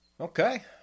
Okay